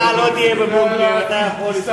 אתה לא תהיה בבונקר, אתה יכול,